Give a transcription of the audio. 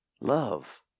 Love